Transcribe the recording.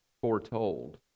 foretold